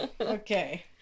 Okay